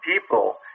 people